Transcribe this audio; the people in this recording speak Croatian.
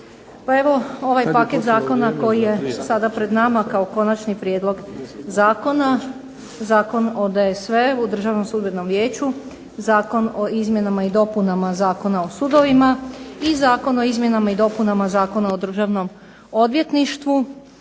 evo ovaj paket zakona koji je sada pred nama kao konačni prijedlog zakona, Zakona o DSV-u, Državnom sudbenom vijeću, Zakon o izmjenama i dopunama Zakona o sudovima i Zakon o izmjenama i dopunama Zakona o državnom odvjetništvu